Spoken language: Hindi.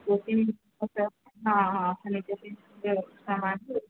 कुर्सी मतलब हाँ हाँ फर्नीचर के जो सामान है